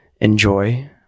enjoy